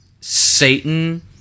Satan